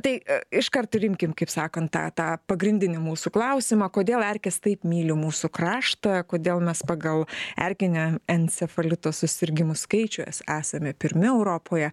tai iškart ir imkim kaip sakant tą tą pagrindinį mūsų klausimą kodėl erkės taip myli mūsų kraštą kodėl mes pagal erkinio encefalito susirgimų skaičių es esame pirmi europoje